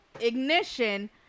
Ignition